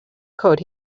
could